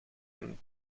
een